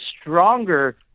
stronger